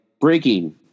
breaking